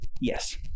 yes